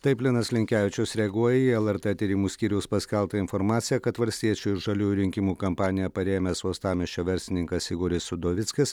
taip linas linkevičius reaguoja į lrt tyrimų skyriaus paskelbtą informaciją kad valstiečių ir žaliųjų rinkimų kampaniją parėmęs uostamiesčio verslininkas igoris udovickis